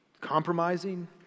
compromising